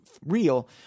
real